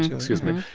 excuse me.